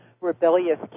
rebellious